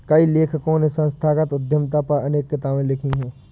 कई लेखकों ने संस्थागत उद्यमिता पर अनेक किताबे लिखी है